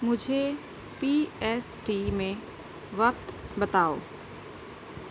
مجھے P S T میں وقت بتاؤ